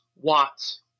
Watts